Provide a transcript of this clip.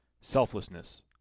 selflessness